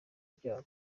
byabo